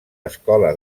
escola